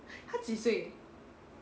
她几岁